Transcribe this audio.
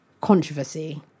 controversy